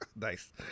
Nice